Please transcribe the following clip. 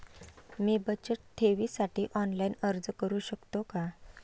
मी बचत ठेवीसाठी ऑनलाइन अर्ज करू शकतो का?